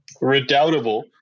Redoubtable